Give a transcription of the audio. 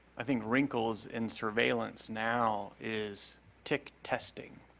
i think, wrinkles in surveillance now is tick testing.